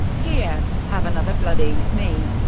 here, have another bloody me.